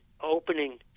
opening